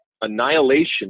annihilation